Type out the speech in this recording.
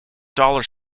dollar